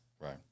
Right